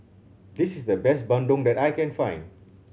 this is the best bandung that I can find